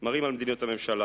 מלמדים על מדיניות הממשלה,